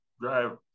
drive